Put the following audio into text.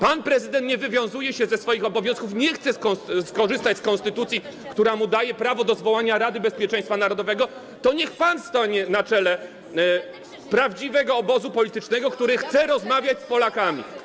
Pan prezydent nie wywiązuje się ze swoich obowiązków, nie chce skorzystać z konstytucji, która mu daje prawo do zwołania Rady Bezpieczeństwa Narodowego, to niech pan stanie na czele prawdziwego obozu politycznego, który chce rozmawiać z Polakami.